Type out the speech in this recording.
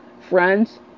friends